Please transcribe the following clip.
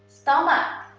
stomach,